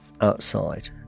outside